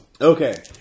Okay